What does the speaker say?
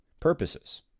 purposes